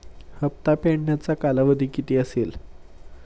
हप्ता फेडण्याचा कालावधी किती असेल?